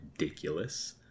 ridiculous